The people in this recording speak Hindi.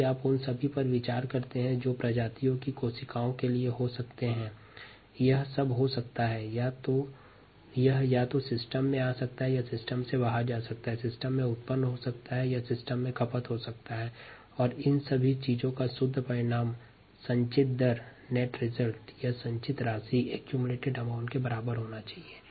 यदि आप एक जाति के कोशिका के लिए एक तंत्र पर विचार करें तो कोशिका तंत्र में आ सकता है तंत्र से बाहर जा सकता है तंत्र में उत्पन्न हो सकता है या तंत्र में खपत हो सकता है और इन सभी चीजों का शुद्ध परिणाम संचित मात्रा के बराबर होना चाहिए